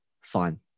fine